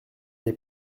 les